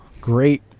great